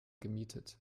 gemietet